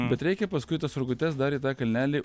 bet reikia paskui tas rogutes dar į tą kalnelį